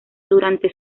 durante